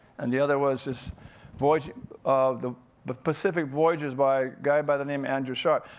and the other was this voyage of, the but pacific voyages by guy by the name andrew sharp.